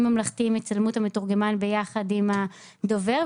ממלכתיים יצלמו את המתורגמן ביחד עם הדובר,